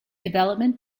development